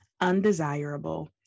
undesirable